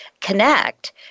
connect